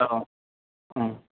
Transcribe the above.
औ